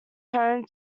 home